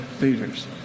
leaders